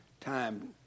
time